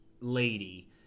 lady